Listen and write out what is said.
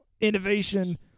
innovation